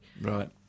right